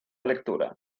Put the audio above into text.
lectura